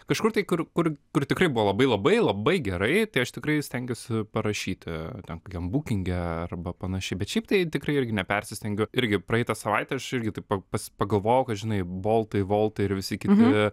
kažkur tai kur kur kur tikrai buvo labai labai labai gerai tai aš tikrai stengiuosi parašyti ten kokiam bukinge arba panašiai bet šiaip tai tikrai irgi nepersistengiu irgi praeitą savaitę aš irgi taip pa pas pagalvojau kad žinai boltai voltai ir visi kiti